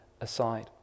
aside